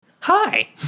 hi